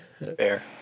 Bear